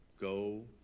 go